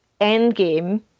Endgame